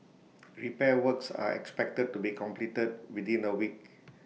repair works are expected to be completed within A week